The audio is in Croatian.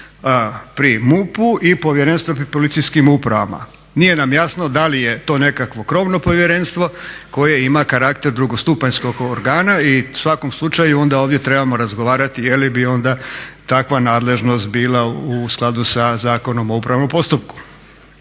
pri MUP-u i povjerenstva pri policijskim upravama. Nije nam jasno da li je to nekakvo krovno povjerenstvo koje ima karakter drugostupanjskog organa i u svakom slučaju onda ovdje trebamo razgovarati je li bi onda takva nadležnost bila u skladu sa Zakonom o upravnom postupku.